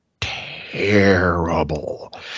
terrible